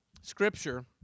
Scripture